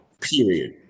period